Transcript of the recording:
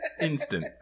instant